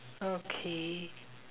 okay